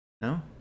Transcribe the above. No